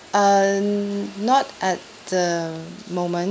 err n~ not at the moment